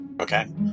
Okay